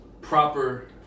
proper